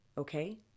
Okay